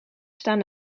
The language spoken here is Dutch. staan